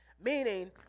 Meaning